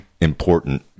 important